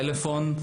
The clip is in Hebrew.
טלפון.